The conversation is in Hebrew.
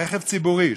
רכב ציבורי,